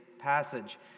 passage